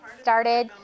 started